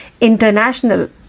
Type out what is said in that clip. International